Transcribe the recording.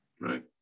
right